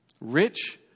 Rich